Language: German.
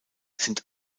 sind